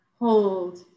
hold